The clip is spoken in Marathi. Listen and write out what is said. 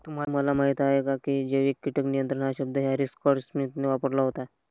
तुम्हाला माहीत आहे का की जैविक कीटक नियंत्रण हा शब्द हॅरी स्कॉट स्मिथने वापरला होता?